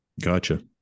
gotcha